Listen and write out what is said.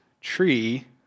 tree